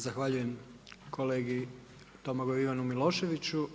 Zahvaljujem kolegi Domagoju Ivanu Miloševiću.